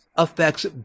affects